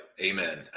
amen